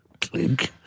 clink